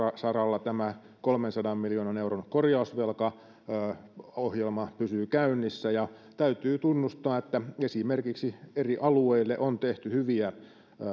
saralla tämä kolmensadan miljoonan euron korjausvelkaohjelma pysyy käynnissä ja täytyy tunnustaa että esimerkiksi eri alueille on tehty hyviä